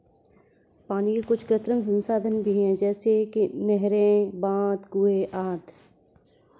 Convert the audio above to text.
पानी के कुछ कृत्रिम संसाधन भी हैं जैसे कि नहरें, बांध, कुएं आदि